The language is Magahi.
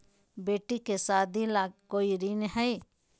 बेटी के सादी ला कोई ऋण हई?